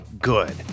good